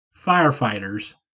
firefighters